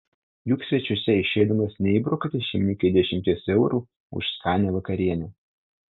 juk svečiuose išeidamas neįbrukate šeimininkei dešimties eurų už skanią vakarienę